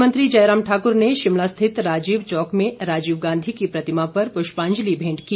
मुख्यमंत्री जयराम ठाकुर ने शिमला स्थित राजीव चौक में राजीव गांधी की प्रतिमा पर पुष्पांजलि भेंट की